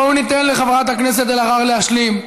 בואו ניתן לחברת הכנסת אלהרר להשלים.